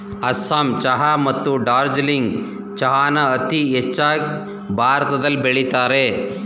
ಅಸ್ಸಾಂ ಚಹಾ ಮತ್ತು ಡಾರ್ಜಿಲಿಂಗ್ ಚಹಾನ ಅತೀ ಹೆಚ್ಚಾಗ್ ಭಾರತದಲ್ ಬೆಳಿತರೆ